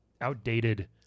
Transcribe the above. outdated